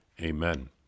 Amen